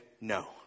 no